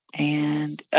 and,